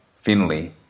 Finley